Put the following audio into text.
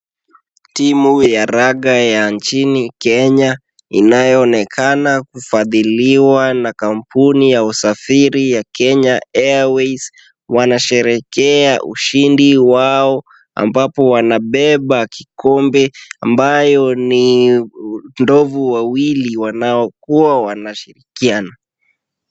Timu ya raga ya nchini Kenya inayo onekana kufadhiliwa na kampuni ya usafiri ya Kenya Airways. Wanasherehekea ushindi wao ambapo wanabeba kikombe ambayo ni ndovu wawili wanaokuwa wanashirikiana.